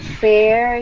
fair